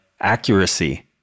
accuracy